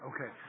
Okay